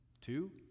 Two